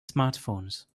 smartphones